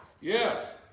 yes